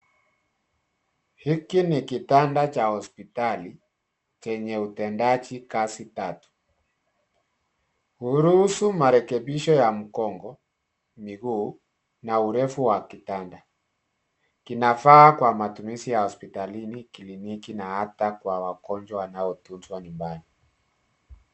Hiki ni kitanda cha hospitali chenye utendaji kazi tatu. Huruhusu marekebisho ya mgongo, miguu na urefu wa kitanda. Kinafaa kwa matumizi ya hospitalini, kliniki na hata kwa wagonjwa wanaotuzwa nyumbani.